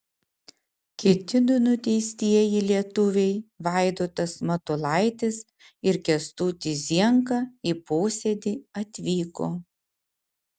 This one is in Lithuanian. kiti du nuteistieji lietuviai vaidotas matulaitis ir kęstutis zienka į posėdį atvyko